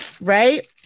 right